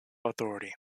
authority